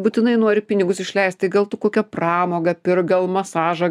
būtinai nori pinigus išleist tai gal tu kokią pramogą pirk gal masažą